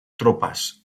tropas